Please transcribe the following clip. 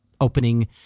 opening